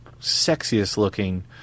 sexiest-looking